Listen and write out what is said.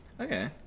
Okay